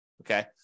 Okay